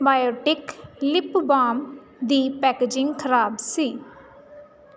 Biotique lip balm ਦੀ packaging ਖਰਾਬ ਸੀ